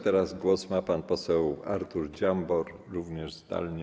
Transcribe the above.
Teraz głos ma pan poseł Artur Dziambor, również zdalnie.